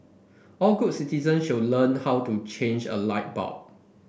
all good citizens should learn how to change a light bulb